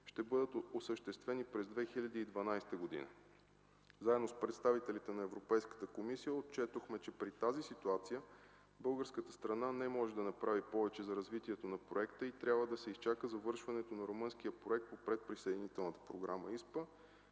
ще бъдат осъществени през 2012 г. Заедно с представителите на Европейската комисия отчетохме, че при тази ситуация българската страна не може да направи повече за развитието на проекта и трябва да се изчака завършването на румънския проект по предсъединителната Програма ИСПА,